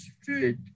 Street